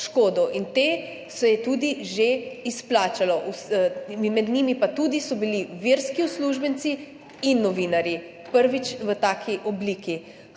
škodo, in ta se je tudi že izplačala, med njimi pa so bili tudi verski uslužbenci in novinarji, prvič v taki obliki.